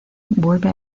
vuelve